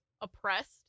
oppressed